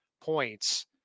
points